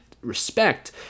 Respect